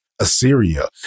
Assyria